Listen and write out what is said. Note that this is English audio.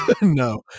No